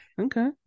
Okay